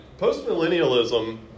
postmillennialism